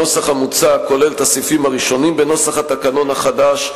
הנוסח המוצע כולל את הסעיפים הראשונים בנוסח התקנון החדש,